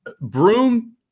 Broom